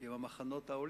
עם "מחנות העולים".